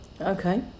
Okay